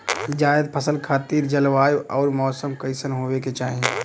जायद फसल खातिर जलवायु अउर मौसम कइसन होवे के चाही?